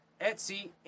Etsy